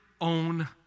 own